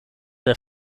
der